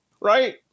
right